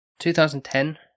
2010